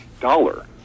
dollar